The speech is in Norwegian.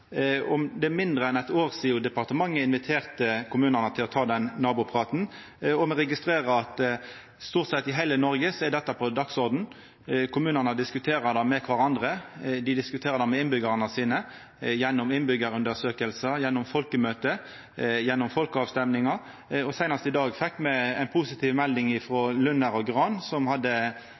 kommunereforma. Det er mindre enn eit år sidan departementet inviterte kommunane til å ta den nabopraten. Me registrerer at i stort sett heile Noreg er dette på dagsordenen. Kommunane diskuterer det med kvarandre, dei diskuterer det med innbyggjarane sine gjennom innbyggjarundersøkingar, gjennom folkemøte, gjennom folkeavstemmingar. Seinast i dag fekk me ei melding frå Lunner og Gran, som hadde